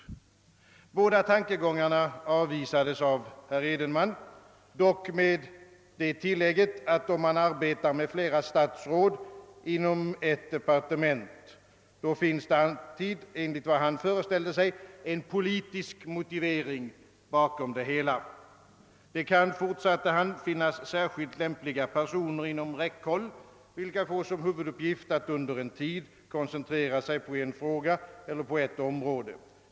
Båda dessa tankegångar avvisades av herr Edenman, dock med det tillägget att om man arbetar med flera statsråd inom ett departement, finns det alltid, enligt vad han föreställde sig, en politisk motivering bakom det hela. Det kan, fortsatte han, finnas särskilt lämpliga personer inom räckhåll, vilka får som huvuduppgift att under en tid koncentrera sig på en fråga eller ett område.